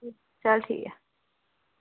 चल ठीक ऐ